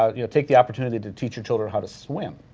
ah you know take the opportunity to teach your children how to swim,